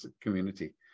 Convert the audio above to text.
community